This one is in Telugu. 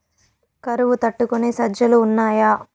కరువు తట్టుకునే సజ్జలు ఉన్నాయా